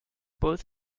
both